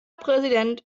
präsident